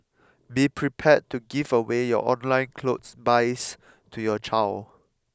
be prepared to give away your online clothes buys to your child